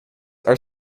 are